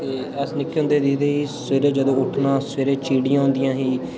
ते अस निक्के होंदे दिक्खदे हे की सबैह्रे जदूं उट्ठना सबैह्रे चींटियां होदियां हियां ही